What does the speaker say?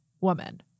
woman